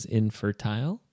infertile